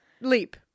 Leap